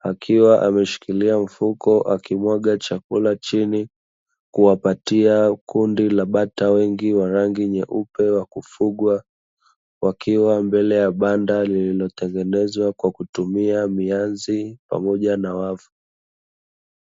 akiwa ameshikilia mfuko akimwaga chakula chini kuwapatia kundi la bata wingi wa rangi nyeupe wa kufugwa, wakiwa mbele ya banda lililotengenezwa kwa kutumia mianzi pamoja na wavu.